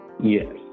yes